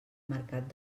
mercat